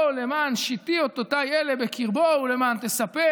"למען שִׁתִי אֹתֹתַי אלה בקרבו ולמען תספר